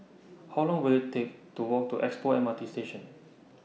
How Long Will IT Take to Walk to Expo M R T Station